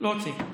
לא הוציא.